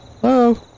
Hello